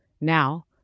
Now